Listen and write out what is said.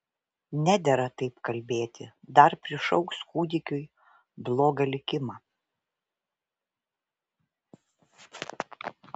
nedera taip kalbėti dar prišauks kūdikiui blogą likimą